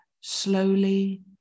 slowly